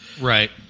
Right